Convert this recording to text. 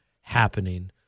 happening